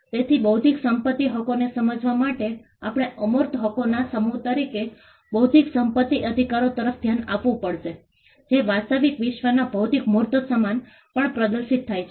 તેથી બૌદ્ધિક સંપત્તિ હકોને સમજવા માટે આપણે અમૂર્ત હક્કોના સમૂહ તરીકે બૌદ્ધિક સંપત્તિ અધિકારો તરફ ધ્યાન આપવું પડશે જે વાસ્તવિક વિશ્વના ભૌતિક મૂર્ત સામાન પર પ્રદર્શિત થાય છે